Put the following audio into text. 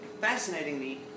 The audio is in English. Fascinatingly